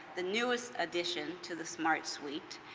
the newest addition to the smartsuite,